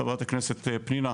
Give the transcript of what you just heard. חברת הכנסת פנינה,